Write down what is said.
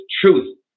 truth